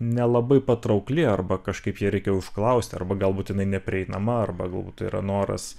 nelabai patraukli arba kažkaip ją reikia užklausti arba gal būt jinai neprieinama arba galbūt tai yra noras